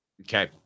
Okay